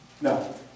No